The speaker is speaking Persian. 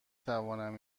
توانم